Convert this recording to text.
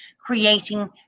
creating